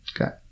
Okay